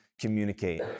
communicate